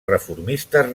reformistes